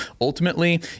ultimately